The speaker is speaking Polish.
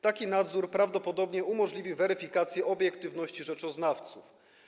Taki nadzór prawdopodobnie umożliwi weryfikację obiektywności rzeczoznawców.